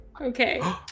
okay